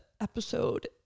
episode